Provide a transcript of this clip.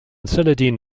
saladin